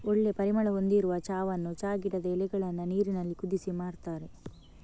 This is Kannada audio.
ಒಳ್ಳೆ ಪರಿಮಳ ಹೊಂದಿರುವ ಚಾವನ್ನ ಚಾ ಗಿಡದ ಎಲೆಗಳನ್ನ ನೀರಿನಲ್ಲಿ ಕುದಿಸಿ ಮಾಡ್ತಾರೆ